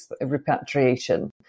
repatriation